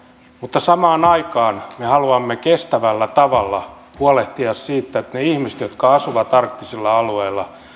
mutta samaan aikaan me haluamme kestävällä tavalla huolehtia siitä että ne ihmiset jotka asuvat arktisilla alueilla